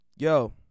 Yo